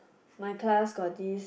my class got this